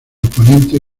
oponente